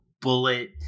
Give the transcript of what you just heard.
bullet